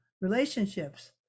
relationships